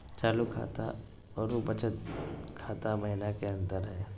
चालू खाता अरू बचत खाता महिना की अंतर हई?